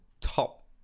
top